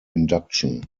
induction